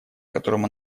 которым